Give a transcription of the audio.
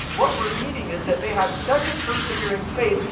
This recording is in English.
what we're reading is that they had such a persevering faith,